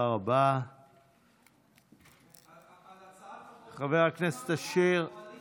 אבל על הצעת החוק יש לך מה לומר?